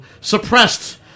suppressed